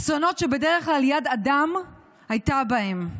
אסונות שבדרך כלל יד אדם הייתה בהם,